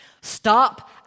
Stop